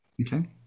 okay